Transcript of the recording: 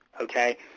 okay